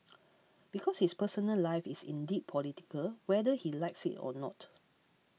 because his personal life is indeed political whether he likes it or not